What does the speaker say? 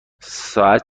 ساعت